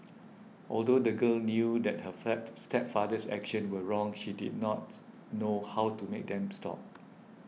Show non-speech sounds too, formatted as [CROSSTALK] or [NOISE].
although the girl knew that her [UNINTELLIGIBLE] stepfather's actions were wrong she did not know how to make them stop